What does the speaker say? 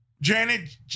Janet